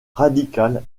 radical